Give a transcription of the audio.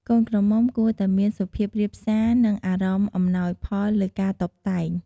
កូនក្រមុំគួរតែមានសុភាពរាបសារ និងអារម្មណ៍អំណោយផលលើការតុបតែង។